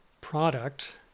product